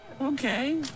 Okay